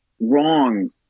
wrong